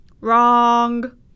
Wrong